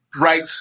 right